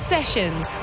Sessions